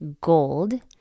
gold